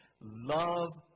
Love